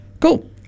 Cool